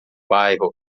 bairro